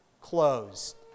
closed